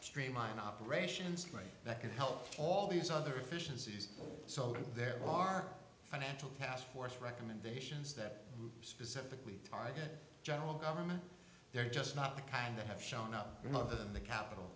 streamline operations right that could help all these other efficiencies so there are financial taskforce recommendations that specifically target general government they're just not the kind that have shown up